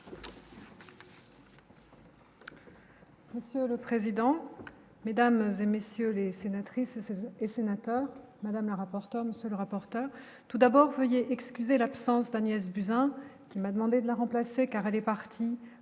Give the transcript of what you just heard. Monsieur le président, Mesdames et messieurs les sénatrices et sénateurs, madame, rapporte le rapporteur tout d'abord, veuillez excuser l'absence d'Agnès Buzyn, il m'a demandé de la remplacer, car elle est partie